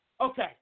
Okay